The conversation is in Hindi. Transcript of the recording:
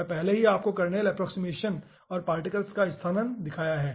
मैंने पहले ही आपको कर्नेल अप्प्रोक्सिमेशन और पार्टिकल्स का स्थानन दिखाया है